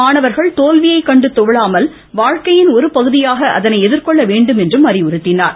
மாணவா்கள் தோல்வியை கண்டு துவளாமல் வாழ்க்கையின் ஒருபகுதியாக அதனை எதிா்கொள்ள வேண்டும் என்று அறிவுறுத்தினார்